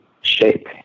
shape